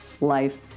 life